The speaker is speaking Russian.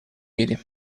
мире